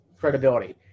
credibility